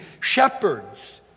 shepherds